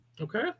Okay